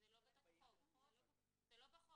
שאינן קבועות או מותקנות למטרות כגון